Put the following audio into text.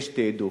יש תעדוף.